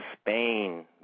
Spain